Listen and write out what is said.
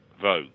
vote